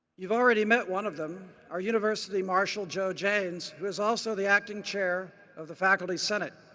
you've already met one of them, our university marshal, joe janes, who is also the acting chair of the faculty senate.